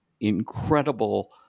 incredible